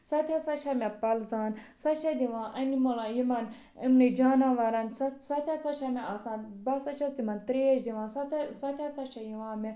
سۄ تہِ ہسا چھِ مےٚ پَلزان سۄ چھِ دوان انمٕلَن یِمن یِمنٕے جانورَن سۄ سۄ تہِ ہسا چھِ مےٚ آسان بہٕ ہسا چھیٚس تِمن ترٛیش دوان سۄ تہِ سۄ تہِ ہسا چھِ یوان مےٚ